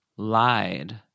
Lied